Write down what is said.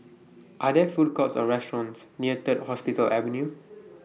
Are There Food Courts Or restaurants near Third Hospital Avenue